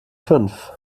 fünf